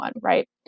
Right